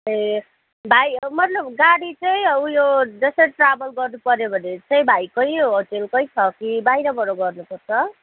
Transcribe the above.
ए भाइ मतलब गाडी चाहिँ उयो जस्तै ट्राभल गर्नुपर्यो भने चाहिँ भाइकै होटलकै छ कि बाहिरबाट गर्नुपर्छ